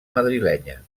madrilenya